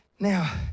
Now